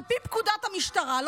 על פי פקודת המשטרה עצמה,